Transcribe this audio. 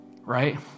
right